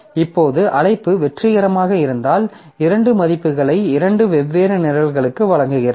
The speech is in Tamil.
இப்போது அழைப்பு வெற்றிகரமாக இருந்தால் இரண்டு மதிப்புகளை இரண்டு வெவ்வேறு நிரல்களுக்கு வழங்குகிறது